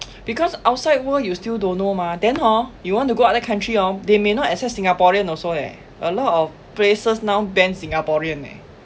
because outside world you still don't know mah then hor you want to go other country hor they may not accept singaporean also leh a lot of places now ban singaporean eh